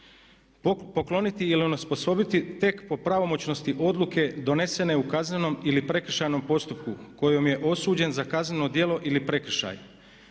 pokloniti ili onesposobiti tek po pravomoćnosti odluke donesene u kaznenom ili prekršajnom postupku kojom je osuđen za kazneno djelo ili prekršaj.